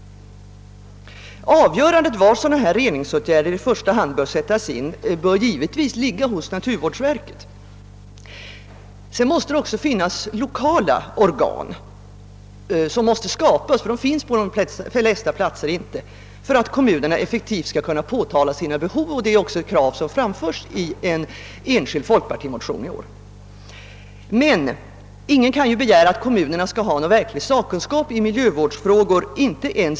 Avgörandet i fråga om var reningsåtgärder av detta slag i första hand skall sättas in bör givetvis fattas centralt, av naturvårdsverket. Sedan skall det också finnas lokala organ, som måste skapas eftersom de nu saknas på de flesta platser, för att kommunerna effektivt skall kunna föra fram sina behov. Detta är också ett krav som framställs i en enskild folkpartimotion i år. Men ingen kan begära att kommunerna skall besitta verklig sakkunskap i miljövårdsfrågor.